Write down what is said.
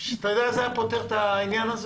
אתה יודע איך זה היה פותר את העניין הזה?